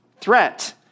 threat